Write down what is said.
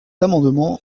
amendement